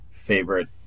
favorite